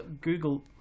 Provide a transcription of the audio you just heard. Google